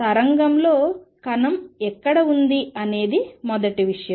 తరంగంలో కణం ఎక్కడ ఉంది అనేది మొదటి విషయం